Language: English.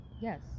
Yes